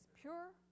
pure